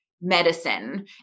medicine